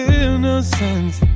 innocence